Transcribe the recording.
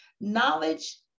Knowledge